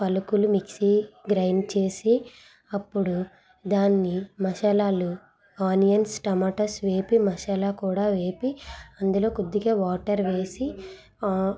పలుకులు mixie grind చేసి అప్పుడు దాన్ని మసాలాలు ఆనియన్స్ టమాటాస్ వేపి మసాలా కూడా వేపి అందులో కొద్దిగా వాటర్ వేసి